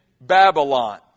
Babylon